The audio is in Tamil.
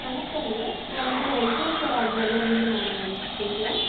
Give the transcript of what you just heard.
வணக்கம்ங்க நான் வந்து வெங்கடேஸ்வரா ஜுவல்லரிலேருந்து நான் பேசுகிறேன்